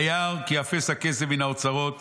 וירא כי יאפס הכסף מן האוצרות